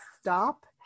stop